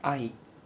I